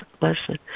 lesson